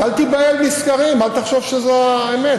אז אל תיבהל מסקרים, אל תחשוב שזו האמת.